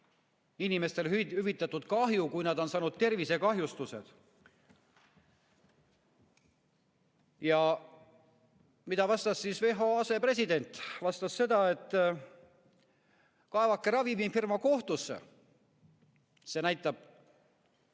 inimestele hüvitatud kahju, kui nad on saanud tervisekahjustused. Ja mida vastas WHA asepresident? Vastas, et kaevake ravimifirma kohtusse. See näitab